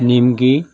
নিমকি